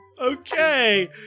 Okay